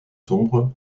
sombre